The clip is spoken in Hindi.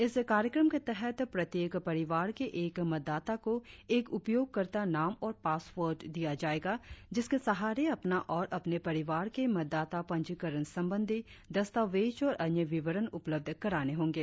इस कार्यक्रम के तहत प्रत्येक परिवार के एक मतदाता को एक उपयोगकर्ता नाम और पासवर्ड दिया जाएगा जिसके सहारे अपना और अपने परिवार के मतदता पंजीकरण संबंधी दस्तावेज और अन्य विवरण उपलब्ध कराने होंगे